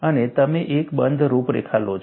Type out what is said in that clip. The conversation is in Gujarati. અને તમે એક બંધ રૂપરેખા લો છો